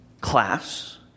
class